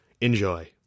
Enjoy